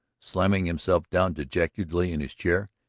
slamming himself down dejectedly in his chair.